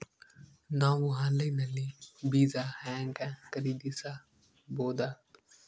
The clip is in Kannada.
ನಾವು ಆನ್ಲೈನ್ ನಲ್ಲಿ ಬೀಜ ಹೆಂಗ ಖರೀದಿಸಬೋದ?